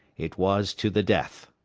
it was to the death.